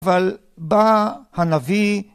אבל בא הנביא